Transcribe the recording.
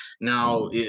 Now